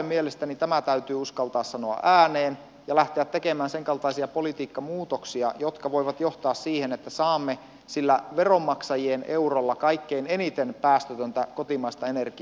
mielestäni tämä täytyy uskaltaa sanoa ääneen ja lähteä tekemään sen kaltaisia politiikkamuutoksia jotka voivat johtaa siihen että saamme sillä veronmaksajien eurolla kaikkein eniten päästötöntä kotimaista energiaa